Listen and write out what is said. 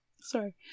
Sorry